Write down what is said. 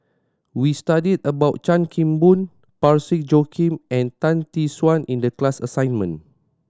we studied about Chan Kim Boon Parsick Joaquim and Tan Tee Suan in the class assignment